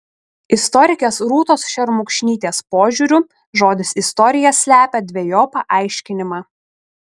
istorikės rūtos šermukšnytės požiūriu žodis istorija slepia dvejopą aiškinimą